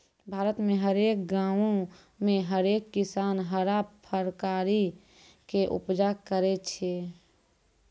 भारत मे हरेक गांवो मे हरेक किसान हरा फरकारी के उपजा करै छै